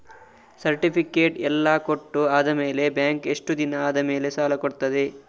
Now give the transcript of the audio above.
Certificate ಎಲ್ಲಾ ಕೊಟ್ಟು ಆದಮೇಲೆ ಬ್ಯಾಂಕ್ ಎಷ್ಟು ದಿನ ಆದಮೇಲೆ ಸಾಲ ಕೊಡ್ತದೆ?